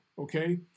okay